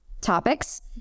topics